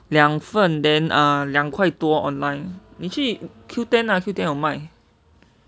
两分 then ah 两块多 online 你去 qoo ten lah qoo ten 有卖